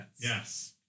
Yes